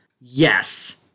Yes